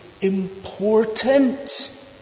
important